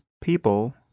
people